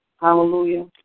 Hallelujah